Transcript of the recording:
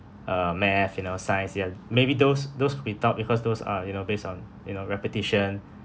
uh math you know science ya maybe those those without because those are you know based on you know repetition